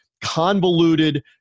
convoluted